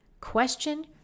question